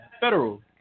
federal